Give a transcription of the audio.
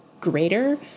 greater